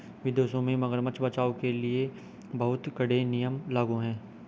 विदेशों में मगरमच्छ बचाओ के लिए बहुत कड़े नियम लागू हैं